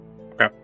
Okay